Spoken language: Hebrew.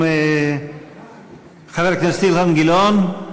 חבר הכנסת אילן גילאון,